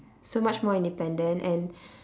so much more independent and